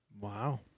Wow